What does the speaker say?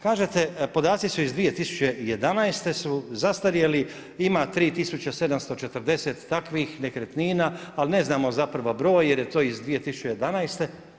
Kažete podaci su iz 2011. su zastarjeli, ima 3740 takvih nekretnina ali ne znamo zapravo broj jer je to iz 2011.